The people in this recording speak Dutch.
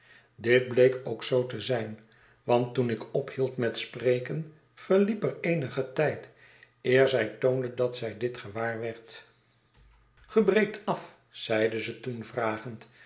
dit bleek ook zoo te zijn want toen ik ophield met spreken verliep er eenige tijd eer zij toonde dat zij dit gewaar werd ge breekt af zeide zij toen vragend